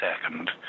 second